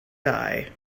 die